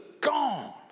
gone